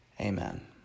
Amen